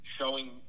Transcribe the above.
showing